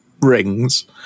rings